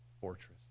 fortress